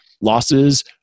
Losses